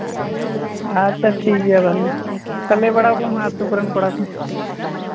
ᱟᱪᱪᱷᱟ ᱴᱷᱤᱠ ᱜᱮᱭᱟ ᱛᱟᱦᱞᱮ ᱚᱱᱠᱟ ᱞᱟᱹᱭ ᱵᱟᱲᱟᱣ ᱠᱚᱢᱮ ᱦᱟᱸᱜ ᱟᱹᱛᱩ ᱠᱚᱨᱮᱱ ᱠᱚᱲᱟ ᱠᱚ